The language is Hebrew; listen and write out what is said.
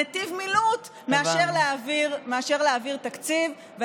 נתיב מילוט מאשר להעביר תקציב, הבנו.